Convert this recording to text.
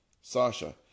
Sasha